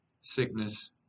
sickness